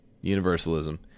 universalism